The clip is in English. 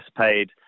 paid